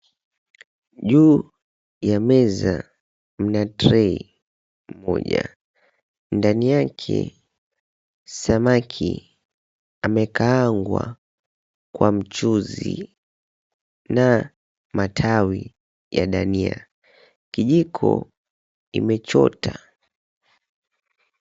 Juu ya meza mna tray moja, ndani yake samaki amekaangwa kwa mchuzi na matawi ya dania. Kijiko imechota.